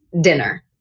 dinner